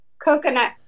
coconut